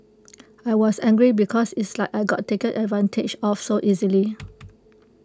I was angry because it's like I got taken advantage of so easily